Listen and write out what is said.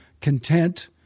content